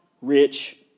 rich